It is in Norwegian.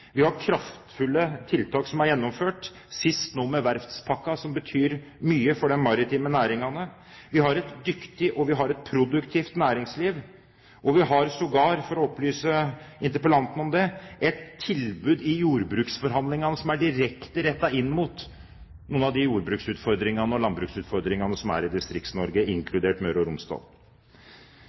vi har kraftfulle tiltak som er gjennomført – nå sist med verftspakken, som betyr mye for de maritime næringene. Vi har et dyktig og produktivt næringsliv, og vi har sågar, for å opplyse interpellanten om det, et tilbud i jordbruksforhandlingene som er direkte rettet inn mot noen av de landbruksutfordringene som er i Distrikts-Norge, inkludert Møre og Romsdal.